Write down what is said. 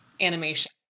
animation